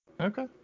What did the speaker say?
okay